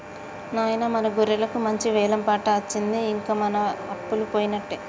నాయిన మన గొర్రెలకు మంచి వెలం పాట అచ్చింది ఇంక మన అప్పలు పోయినట్టే